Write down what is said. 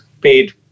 paid